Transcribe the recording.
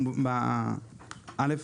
א',